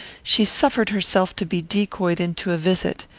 she suffered herself to be decoyed into a visit.